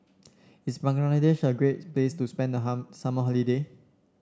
is Bangladesh a great place to spend the hammer summer holiday